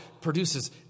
produces